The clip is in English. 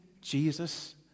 Jesus